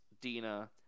Dina